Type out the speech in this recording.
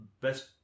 best